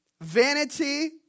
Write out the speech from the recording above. Vanity